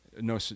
no